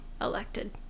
elected